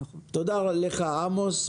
תודה לך, עמוס.